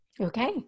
Okay